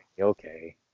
okay